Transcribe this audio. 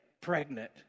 pregnant